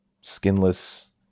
skinless